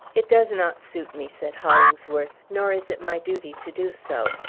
it does not suit me, said hollingsworth. nor is it my duty to do so.